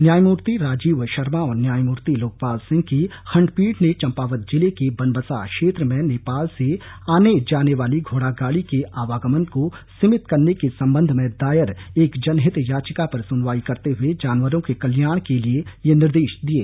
न्यायमूर्ति राजीव शर्मा और न्यायमूर्ति लोकपाल सिंह की खंडपीठ ने चंपावत जिले के बनबसा क्षेत्र में नेपाल से आने जाने वाली घोडागांडी के आवागमन को सीमित करने के संबंध में दायर एक जनहित याचिका पर सुनवाई करते हुए जानवरों के कल्याण के लिए ये निर्देश दिये